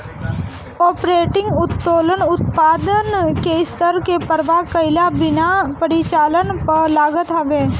operating उत्तोलन उत्पादन के स्तर के परवाह कईला बिना परिचालन पअ लागत हवे